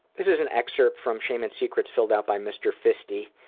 this is an excerpt from shame and secrets, filled out by mr. fisty,